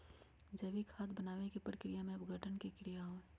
जैविक खाद बनावे के प्रक्रिया में अपघटन के क्रिया होबा हई